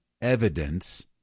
evidence